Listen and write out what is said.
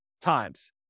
times